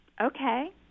Okay